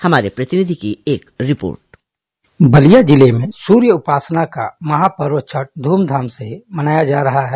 हमारे प्रतिनिधि की एक रिपोर्ट बलिया जिले में सूर्य उपासना का महापर्व छठ ध्रमधाम से मनाया जा रहा है